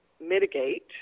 mitigate